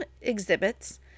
exhibits